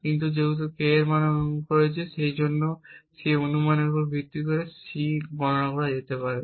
কিন্তু যেহেতু K এর মান অনুমান করেছে সে সেই অনুমানের উপর ভিত্তি করে C গণনাও করতে পারে